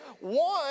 One